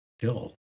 kill